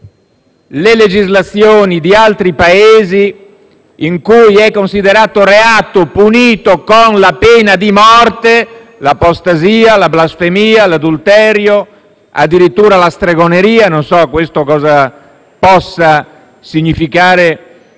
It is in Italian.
le legislazioni di altri Paesi in cui si considera reato punito con la pena di morte l'apostasia, la blasfemia, l'adulterio o addirittura la stregoneria (non so questo cosa possa significare